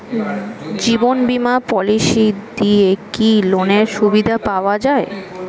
জীবন বীমা পলিসি দিয়ে কি লোনের সুবিধা পাওয়া যায়?